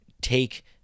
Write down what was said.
take